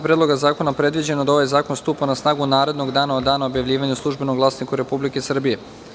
Predloga zakona predviđeno da ovaj zakon stupa na snagu narednog dana od dana objavljivanja u "Službenom glasniku Republike Srbije"